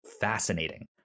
fascinating